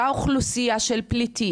נמצאת אותה אוכלוסייה של פליטים,